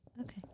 Okay